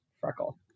freckle